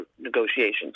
negotiations